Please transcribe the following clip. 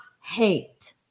hate